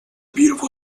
beautiful